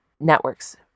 networks